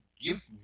give